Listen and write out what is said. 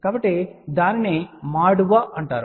కాబట్టి దానిని మాడువా అంటారు